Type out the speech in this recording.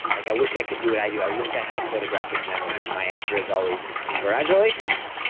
like i wish i could do what i do. i wish i had a photographic memory. and my answer is always, congratulations.